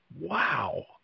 wow